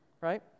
right